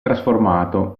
trasformato